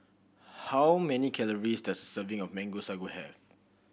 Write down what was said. how many calories does serving of Mango Sago have